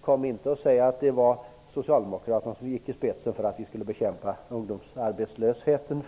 kom inte och säg att det var Socialdemokraterna som gick i spetsen för att vi främst skulle bekämpa ungdomsarbetslösheten.